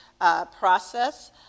process